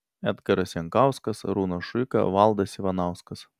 edgaras jankauskas arūnas šuika valdas ivanauskas